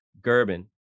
Gerben